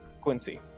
Quincy